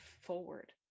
forward